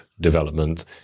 development